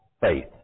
faith